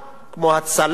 כמו הצלה,